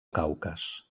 caucas